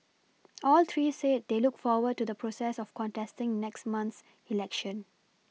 all three said they look forward to the process of contesting next month's election